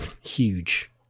huge